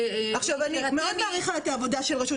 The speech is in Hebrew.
אני מאוד מעריכה את העבודה של רשות